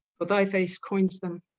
but thy face coines them,